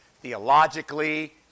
theologically